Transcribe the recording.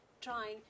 trying